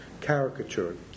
caricatured